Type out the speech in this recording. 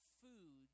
food